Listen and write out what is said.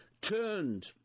turned